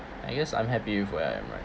I guess I'm happy with where I am right